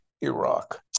Iraq